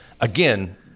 again